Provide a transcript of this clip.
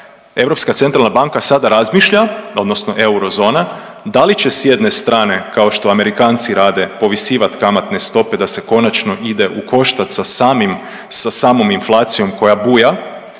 Europska centralna banka sada razmišlja, odnosno eurozona da li će s jedne strane kao što Amerikanci rade povisivat kamatne stope da se konačno ide u koštac sa samom inflacijom koja buja